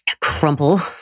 crumple